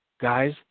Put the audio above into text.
guys